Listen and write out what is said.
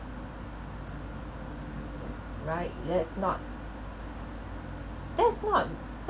right that's not that's not that's